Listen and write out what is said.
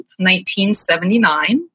1979